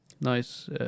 nice